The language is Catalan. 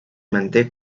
manté